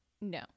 No